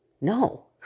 no